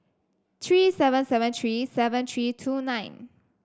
three seven seven three seven three two nine